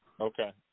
Okay